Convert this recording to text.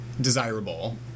desirable